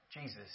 Jesus